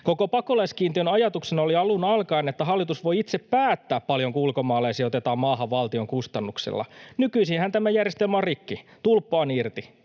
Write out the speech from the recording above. Koko pakolaiskiintiön ajatuksena oli alun alkaen, että hallitus voi itse päättää, paljonko ulkomaalaisia otetaan maahan valtion kustannuksella. Nykyisinhän tämä järjestelmä on rikki, tulppa on irti.